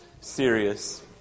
serious